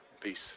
Peace